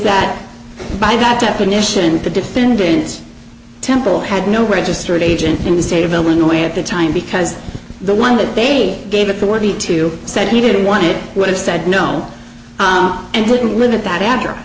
that by that definition the defendant's temple had no registered agent in the state of illinois at the time because the one that they gave it for the two said he didn't want it would have said no and couldn't live at that a